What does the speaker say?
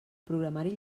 programari